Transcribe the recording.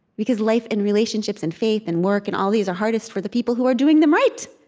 because life and relationships and faith and work and all these are hardest for the people who are doing them right,